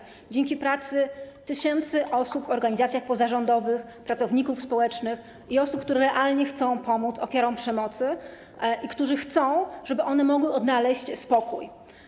To się dzieje dzięki pracy tysięcy osób w organizacjach pozarządowych, pracowników społecznych i osób, które realnie chcą pomóc ofiarom przemocy, którzy chcą, żeby one mogły odnaleźć spokój.